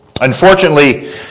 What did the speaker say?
Unfortunately